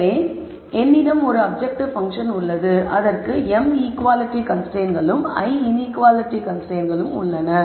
எனவே என்னிடம் ஒரு அப்ஜெக்ட்டிவ் பன்ஃசன் உள்ளது அதற்கு m ஈக்குவாலிட்டி கன்ஸ்ரைன்ட்ஸ்களும் l இன்ஈக்குவாலிட்டி கன்ஸ்ரைன்ட்ஸ்களும் உள்ளன